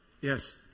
Yes